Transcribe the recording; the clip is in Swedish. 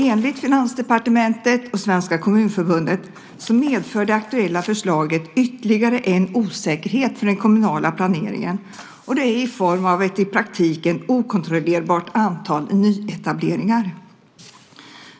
Enligt Finansdepartementet och Svenska Kommunförbundet medför det aktuella förslaget ytterligare en osäkerhet för den kommunala planeringen i form av ett i praktiken okontrollerbart antal nyetableringar.